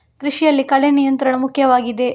ಕೃಷಿಯಲ್ಲಿ ಕಳೆ ನಿಯಂತ್ರಣ ಮುಖ್ಯವಾಗಿದೆ